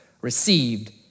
received